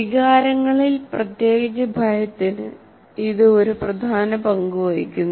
വികാരങ്ങളിൽ പ്രത്യേകിച്ച് ഭയത്തിന് ഇത് ഒരു പ്രധാന പങ്ക് വഹിക്കുന്നു